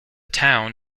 town